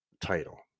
title